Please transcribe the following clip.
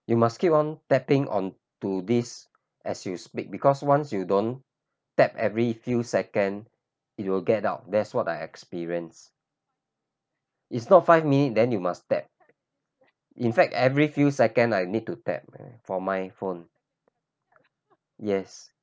you must keep on tapping onto this as you speak because once you don't tap every few second it'll get out that's what I experienced it's not five minutes then you must tap in fact every few second I need to tap me for my phone yes